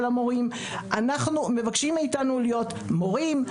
מבקשים מאתנו להיות מורים,